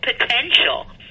potential